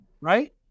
right